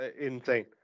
insane